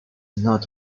not